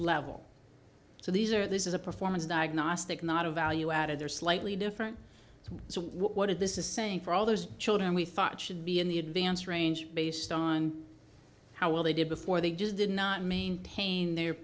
level so these are this is a performance diagnostic not a value added they're slightly different so what is this is saying for all those children we thought should be in the advance range based on how well they did before they just did not maintain their